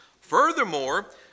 Furthermore